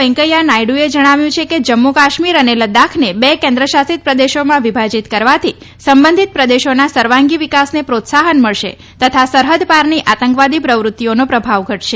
વેંકૈયા નાયડુએ જણાવ્યું છે કે જમ્મુ કાશ્મીર અને લદ્દાખને બે કેન્દ્ર શાસિત પ્રદેશોમાં વિભાજિત કરવાથી સંબંધિત પ્રદેશોના સર્વાંગિ વિકાસને પ્રોત્સાહન મળશે તથા સરહદપારની આતંકવાદી પ્રવૃત્તિઓનો પ્રભાવ ઘટશે